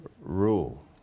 rule